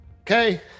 Okay